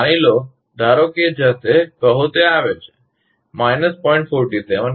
માની લો આ ધારો કે જશે કહો તે આવે છે માઈનસઓછા 0